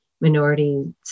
minorities